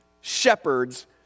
shepherds